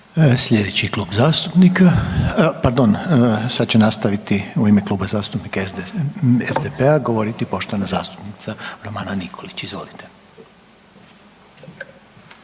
Sljedeći klub zastupnika, pardon, sada će nastaviti u ime Kluba zastupnika SDP-a govoriti poštovana zastupnica Romana Nikolić. Izvolite.